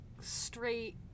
straight